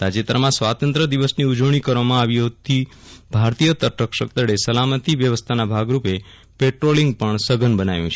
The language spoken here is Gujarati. તાજેતરમાં સ્વાતંત્ર્ય દિવસની ઉજવણી કરવામાં આવી હોવાથી ભારતીય તટરક્ષક દળે સલામતી વ્યવસ્થાના ભાગરૂપે પેટ્રોલિંગ પણ સઘન બનાવ્યું છે